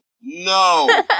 no